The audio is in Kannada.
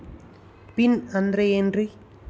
ಪಿನ್ ಅಂದ್ರೆ ಏನ್ರಿ?